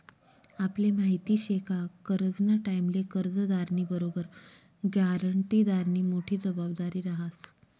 आपले माहिती शे का करजंना टाईमले कर्जदारनी बरोबर ग्यारंटीदारनी मोठी जबाबदारी रहास